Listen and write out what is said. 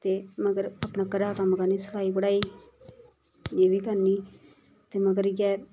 ते मगर अपना घरा कम्म करनी सलाई पढ़ाई एह् बी करनी ते मगर इ'यै